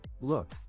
Look